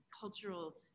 cultural